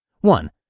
One